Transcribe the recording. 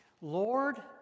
Lord